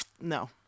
no